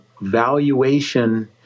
valuation